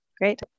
Great